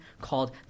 called